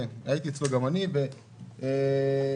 גם אני הייתי אצלו.